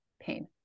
pain